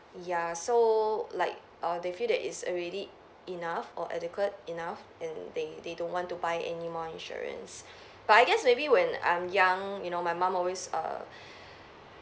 ya so like err they feel that is already enough or adequate enough and they they don't want to buy anymore insurance but I guess maybe when I'm young you know my mum always err